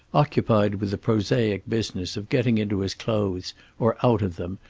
occupied with the prosaic business of getting into his clothes or out of them,